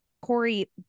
Corey